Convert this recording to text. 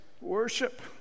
Worship